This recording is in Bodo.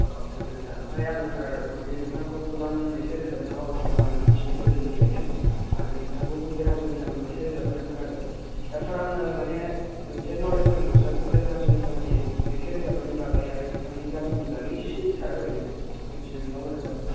औ गोजोन्थों सार ओमफ्राय आङो सार माने नोंथांखौ गोबां मेथाइ रोजाबनायाव आखा फाखा होननानै मिथिदों गोदोनिफ्राययो आरो नोंथांखौ भुपेन हाजरिकानिबो मेथाइ रोजाबो होनना खोनादों दा सार आंनो माने मोनसे नलेज नांगौ सार भुपेन हाजरिकानि मेथाइ रोजाबानायनि बागै आरो बिथांनि जारनिनि बागै एसे सार ओरैनो मोनथिनो मोनबा मोजां जागौमोन सार